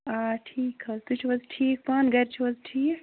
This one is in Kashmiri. آ ٹھیٖک حظ تُہۍ چھِو حظ ٹھیٖک پانہٕ گَرِ چھِو حظ ٹھیٖک